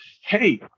hey